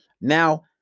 Now